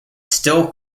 still